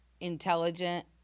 intelligent